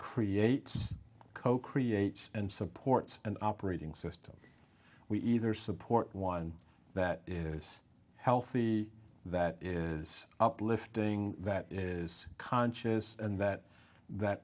creates co create and supports an operating system we either support one that is healthy that is uplifting that is conscious and that that